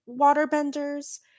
waterbenders